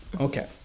Okay